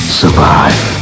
survive